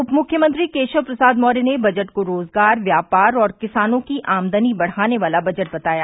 उपमुख्यमंत्री केशव प्रसाद मौर्य ने बजट को रोजगार व्यापार और किसानों की आमदनी बढ़ाने वाला बजट बताया